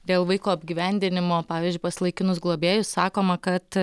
dėl vaiko apgyvendinimo pavyzdžiui pas laikinus globėjus sakoma kad